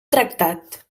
tractat